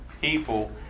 people